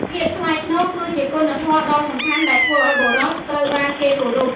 ភាពថ្លៃថ្នូរ គឺជាគុណធម៌ដ៏សំខាន់ដែលធ្វើឲ្យបុរសត្រូវបានគេគោរព។